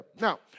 Now